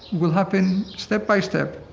will happen step by step.